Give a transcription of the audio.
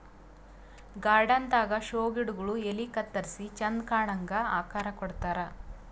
garden ದಾಗಾ show ಗಿಡಗೊಳ್ ಎಲಿ ಕತ್ತರಿಸಿ ಚಂದ್ ಕಾಣಂಗ್ ಆಕಾರ್ ಕೊಡ್ತಾರ್